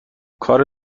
کار